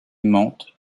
mantes